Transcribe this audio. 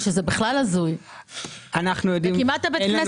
מתוקצב ב-11 מיליון שקל - כמה מזה לרכבת